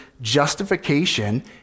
justification